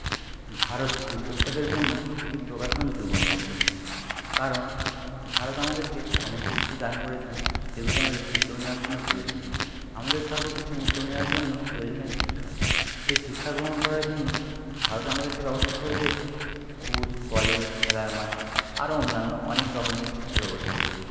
ভারত উদ্যোক্তাদের জন্য এটি প্রকাশমান যুগ অনুভব করছে কারণ ভারত আমাদেরকে সমস্ত কিছুই দান করেছেন যেগুলি আমাদের উদ্যোগ নেওয়ার জন্য প্রয়োজন আমাদের সর্বপ্রথম উদ্যোগ নেওয়ার জন্য প্রয়োজন হয় শিক্ষা সেই শিক্ষাগ্রহণ করার জন্য ভারত আমাদেরকে ব্যবস্থা করে দিয়েছে স্কুল কলেজ খেলার মাঠ আরও অন্যান্য অনেক রকমের শিক্ষাব্যবস্থা করে দিয়েছেন